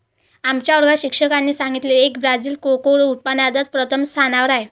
आमच्या वर्गात शिक्षकाने सांगितले की ब्राझील कोको उत्पादनात प्रथम स्थानावर आहे